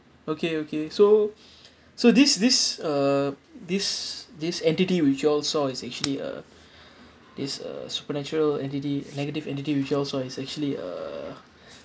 okay okay so so this this uh this this entity which also is actually a is a supernatural entity negative entity which also it's actually uh